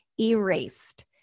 erased